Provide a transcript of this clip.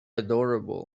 adorable